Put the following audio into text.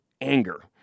anger